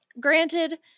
Granted